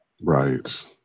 Right